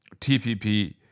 TPP